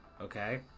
okay